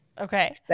okay